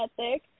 ethic